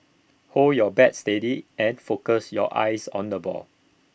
hold your bat steady and focus your eyes on the ball